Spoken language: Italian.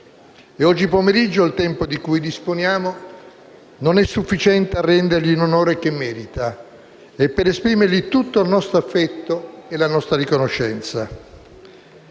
e, oggi pomeriggio, il tempo di cui disponiamo non è sufficiente a rendergli l'onore che merita e per esprimergli tutto il nostro affetto e la nostra riconoscenza.